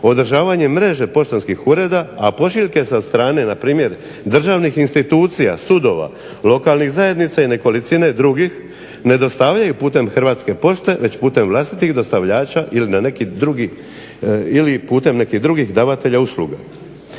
održavanje mreže poštanskih ureda, a pošiljke sa strane npr. državnih institucija, sudova, lokalnih zajednica i nekolicine drugih ne dostavljaju putem Hrvatske pošte već putem vlastitih dostavljača ili putem nekih drugih davatelja usluga.